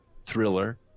thriller